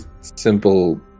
simple